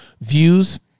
Views